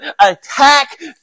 attack